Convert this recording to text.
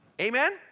Amen